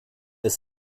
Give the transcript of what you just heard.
ist